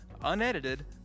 unedited